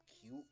cute